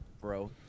bro